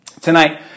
Tonight